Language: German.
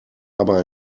aber